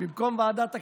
במקום ועדת הכספים,